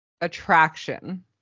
attraction